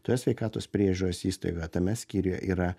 toje sveikatos priežiūros įstaigoje tame skyriuje yra